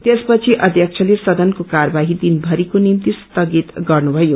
त्यसपछि अध्यक्षले सदनको कार्यवाही दिनभरिको निम्ति स्थगित गर्नुथयो